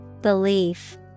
belief